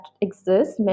exists